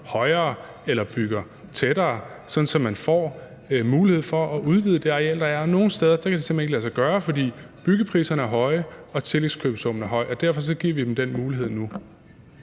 højere eller bygger tættere, sådan at man får mulighed for at udvide det areal, der er. Og nogle steder kan det simpelt hen ikke lade sig gøre, fordi byggepriserne er høje og tillægskøbesummen er høj, og derfor giver vi dem den mulighed nu.